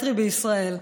הגריאטרי בישראל,